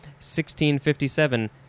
1657